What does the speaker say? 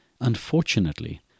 Unfortunately